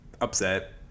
upset